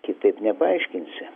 kitaip nepaaiškinsi